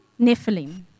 Nephilim